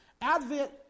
Advent